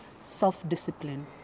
self-discipline